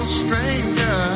stranger